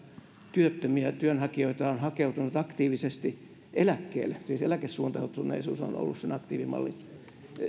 työttömiä työnhakijoita on hakeutunut aktiivisesti eläkkeelle siis eläkesuuntautuneisuus on ollut sen aktiivimallin